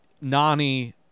Nani